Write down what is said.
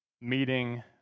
meeting